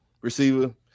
receiver